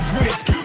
risk